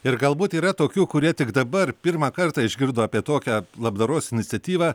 ir galbūt yra tokių kurie tik dabar pirmą kartą išgirdo apie tokią labdaros iniciatyvą